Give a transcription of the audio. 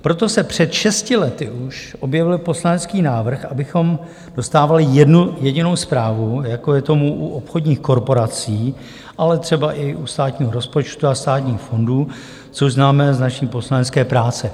Proto se před šesti lety už objevil poslanecký návrh, abychom dostávali jednu jedinou zprávu, jako je tomu u obchodních korporací, ale třeba i u státního rozpočtu a státních fondů, což známe z naší poslanecké práce.